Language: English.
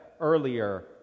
earlier